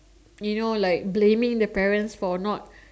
you know like blaming the parents for not